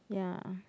ya